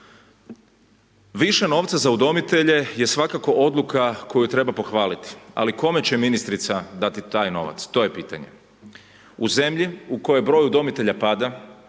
Više novca za udomitelje je svakako odluka koju treba pohvaliti, ali kome će ministrica dati taj novac, to je pitanje. U zemlji u kojoj broj udomitelja pada,